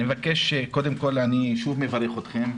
אני שוב מברך אתכם,